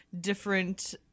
different